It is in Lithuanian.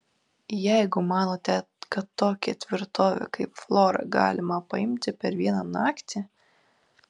jeigu manote kad tokią tvirtovę kaip flora galima paimti per vieną naktį